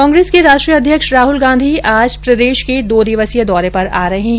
कांग्रेस के राष्ट्रीय अध्यक्ष राहुल गांधी आज प्रदेश के दो दिवसीय दौरे पर आ रहे हैं